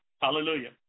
Hallelujah